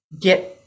get